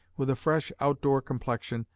with a fresh, out-door complexion,